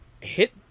hit